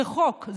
זה חוק,